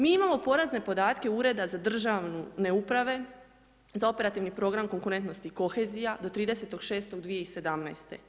Mi imamo porazne podatke Ureda za državne uprave, za operativni program konkurentnosti i kohezija do 30.6.2017.